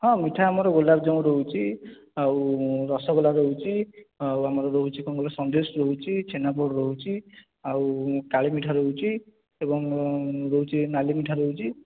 ହଁ ମିଠା ଆମର ଗୋଲାପଜାମୁ ରହୁଛି ଆଉ ରସଗୋଲା ରହୁଛି ଆଉ ଆମର ରହୁଛି କ'ଣ କହିଲେ ସନ୍ଦେଶ ରହୁଛି ଛେନାପୋଡ଼ ରହୁଛି ଆଉ କାଳି ମିଠା ରହୁଛି ଏବଂ ରହୁଛି ନାଲି ମିଠା ରହୁଛି